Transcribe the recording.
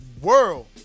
world